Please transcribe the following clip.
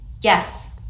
Yes